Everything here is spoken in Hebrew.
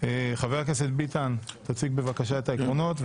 חבר הכנסת ביטן, תציג בבקשה את העקרונות.